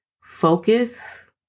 Focus